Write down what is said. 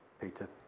Peter